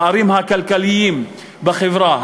הפערים הכלכליים בחברה,